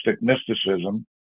mysticism